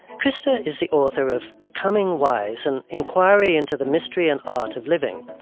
krista is the author of becoming wise an inquiry into the mystery and art of living.